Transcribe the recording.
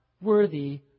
worthy